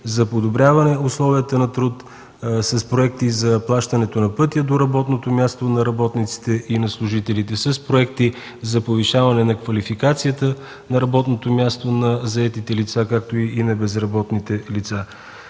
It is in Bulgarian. за подобряване на условията на труд, с проекти за плащането на пътя до работното място на работниците и на служителите, с проекти за повишаване на квалификацията на работното място на заетите лица, както и на безработните лица.